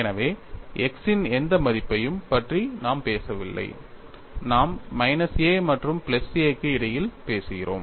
எனவே x இன் எந்த மதிப்பையும் பற்றி நாம் பேசவில்லை நாம் மைனஸ் a மற்றும் பிளஸ் a க்கு இடையில் பேசுகிறோம்